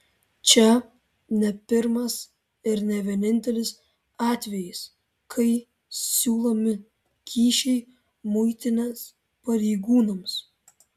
čia ne pirmas ir ne vienintelis atvejis kai siūlomi kyšiai muitinės pareigūnams